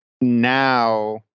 now